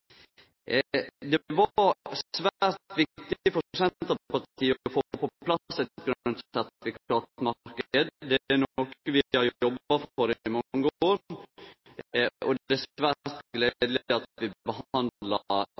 Det var svært viktig for Senterpartiet å få på plass ein grøn sertifikatmarknad – det er noko vi har jobba for i mange år – og det er svært gledeleg at vi behandlar